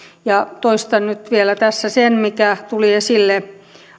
toistan nyt vielä tässä sen mikä tuli esille